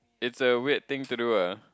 it's a weird thing to do ah